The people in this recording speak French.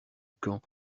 camp